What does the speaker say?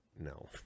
No